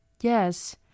Yes